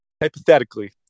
hypothetically